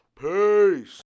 Peace